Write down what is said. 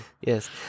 Yes